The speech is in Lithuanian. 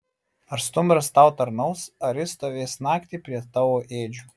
ar stumbras tau tarnaus ar jis stovės naktį prie tavo ėdžių